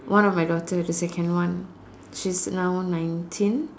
one of my daughter the second one she's now nineteen